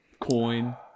coin